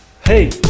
Hey